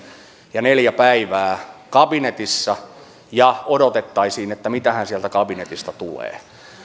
ja neljä päivää kabinetissa ja odotettaisiin että mitähän sieltä kabinetista tulee